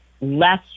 less